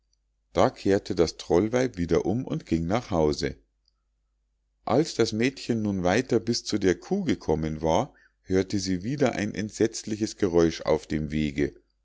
da kehrte das trollweib wieder um und ging nach hause als das mädchen nun weiter bis zu der kuh gekommen war hörte sie wieder ein entsetzliches geräusch auf dem wege